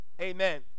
Amen